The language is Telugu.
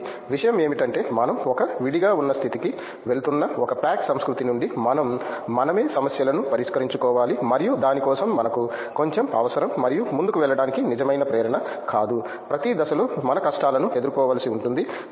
కాబట్టి విషయం ఏమిటంటే మనం ఒక విడిగా ఉన్న స్థితికి వెళుతున్న ఒక ప్యాక్ సంస్కృతి నుండి మనం మనమే సమస్యలను పరిష్కరించుకోవాలి మరియు దాని కోసం మనకు కొంచెం అవసరం మరియు ముందుకు వెళ్ళడానికి నిజమైన ప్రేరణ కాదు ప్రతి దశలో మన కష్టాలను ఎదుర్కోవలసి ఉంటుంది